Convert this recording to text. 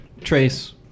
Trace